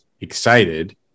excited